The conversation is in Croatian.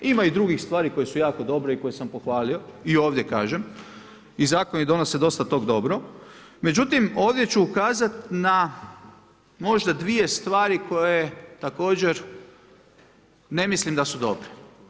Ima i drugih stvari koje su jako dobre i koje sam pohvalio i ovdje kažem i zakoni donose dosta toga dobro, međutim, ovdje ću ukazati na možda dvije stvari koje također ne mislim da su dobre.